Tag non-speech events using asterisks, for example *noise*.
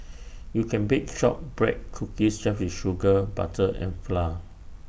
*noise* you can bake Shortbread Cookies just with sugar butter and flour